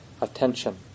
attention